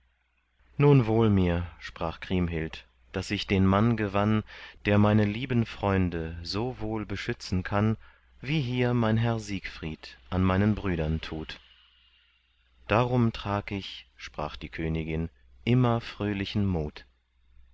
nun wohl mir sprach kriemhild daß ich den mann gewann der meine lieben freunde so wohl beschützen kann wie hier mein herr siegfried an meinen brüdern tut darum trag ich sprach die königin immer fröhlichen mut